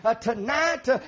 tonight